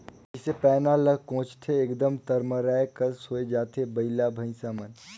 जइसे पैना ल कोचथे एकदम तरमराए कस होए जाथे बइला भइसा मन